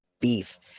beef